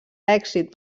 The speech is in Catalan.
èxit